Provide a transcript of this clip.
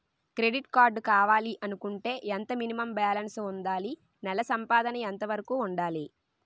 Credit card కావాలి అనుకుంటే ఎంత మినిమం బాలన్స్ వుందాలి? నెల సంపాదన ఎంతవరకు వుండాలి?